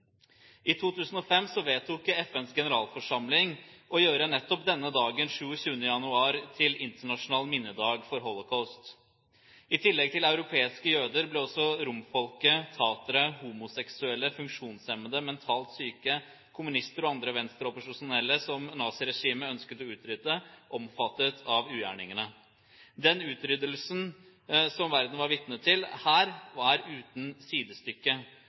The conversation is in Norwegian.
I 2005 vedtok FNs generalforsamling å gjøre nettopp denne dagen, 27. januar, til en internasjonal minnedag for holocaust. I tillegg til europeiske jøder ble også romfolket, tatere, homoseksuelle, funksjonshemmede, mentalt syke, kommunister og andre venstreopposisjonelle som naziregimet ønsket å utrydde, omfattet av ugjerningene. Den utryddelsen som verden var vitne til her, var uten sidestykke,